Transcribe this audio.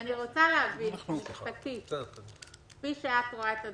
אני רוצה להבין משפטית כפי שאת רואה את הדברים,